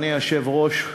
אדוני היושב-ראש,